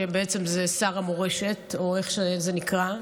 שזה בעצם שר המורשת או איך שזה נקרא.